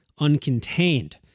uncontained